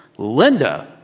linda,